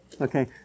Okay